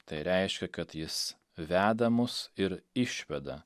tai reiškia kad jis veda mus ir išveda